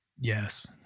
Yes